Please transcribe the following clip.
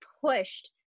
pushed